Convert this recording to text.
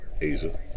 Asia